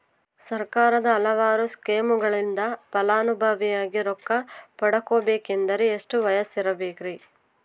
ಸರ್ಕಾರದ ಹಲವಾರು ಸ್ಕೇಮುಗಳಿಂದ ಫಲಾನುಭವಿಯಾಗಿ ರೊಕ್ಕ ಪಡಕೊಬೇಕಂದರೆ ಎಷ್ಟು ವಯಸ್ಸಿರಬೇಕ್ರಿ?